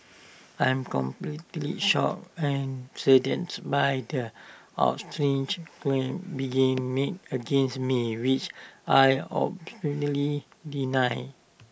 I'm completely shocked and saddened by their outrageous claims being made against me which I absolutely deny